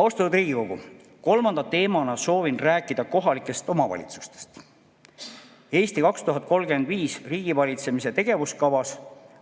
Austatud Riigikogu! Kolmanda teemana soovin rääkida kohalikest omavalitsustest. Strateegia "Eesti 2035" riigivalitsemise tegevuskavas